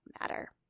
matter